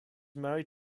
married